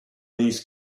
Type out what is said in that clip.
these